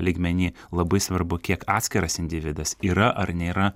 lygmeny labai svarbu kiek atskiras individas yra ar nėra